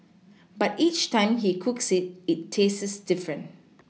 but each time he cooks it it tastes different